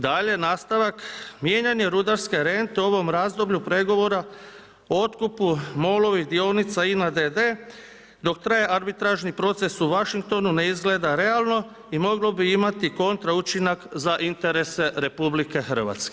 Dalje, nastavak, mijenjanje rudarske rente u ovom razdoblju pregovora, otkupu MOL-ovih dionica INA d.d. dok traje arbitražni proces u Washingtonu ne izgleda realno i moglo bi imati kontra učinak za interese RH.